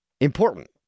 important